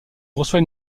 reçoit